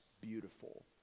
beautiful